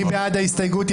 מי בעד ההסתייגות?